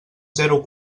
zero